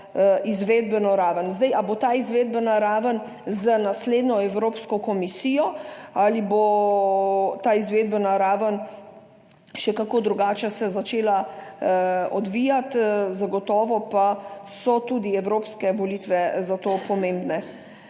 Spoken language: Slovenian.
izvedbeno raven. Zdaj ali bo ta izvedbena raven z naslednjo Evropsko komisijo, ali bo ta izvedbena raven še kako drugače se začela odvijati, zagotovo pa so tudi evropske volitve za to pomembne.